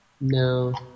No